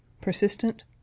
persistent